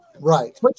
Right